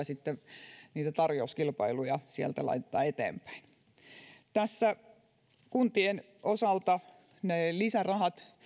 sitten tarjouskilpailuja sieltä laitetaan eteenpäin kuntien osalta ne lisärahat